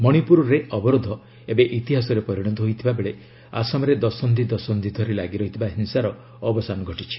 ମଣିପ୍ରରରେ ଅବରୋଧ ଏବେ ଇତିହାସରେ ପରିଣତ ହୋଇଯାଇଥିବା ବେଳେ ଆସାମରେ ଦଶନ୍ଧି ଦଶନ୍ଧି ଧରି ଲାଗିରହିଥିବା ହିଂସାର ଅବସାନ ଘଟିଛି